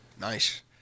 Nice